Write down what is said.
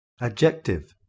adjective